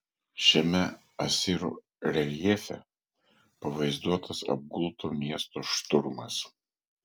šiame asirų reljefe pavaizduotas apgulto miesto šturmas